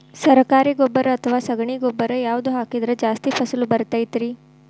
ಸರಕಾರಿ ಗೊಬ್ಬರ ಅಥವಾ ಸಗಣಿ ಗೊಬ್ಬರ ಯಾವ್ದು ಹಾಕಿದ್ರ ಜಾಸ್ತಿ ಫಸಲು ಬರತೈತ್ರಿ?